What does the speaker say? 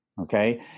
Okay